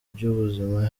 by’ubuzima